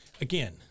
Again